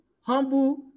humble